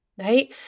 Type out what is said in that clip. right